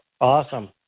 Awesome